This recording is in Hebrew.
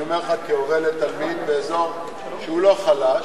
אני אומר לך, כהורה לתלמיד באזור שהוא לא חלש,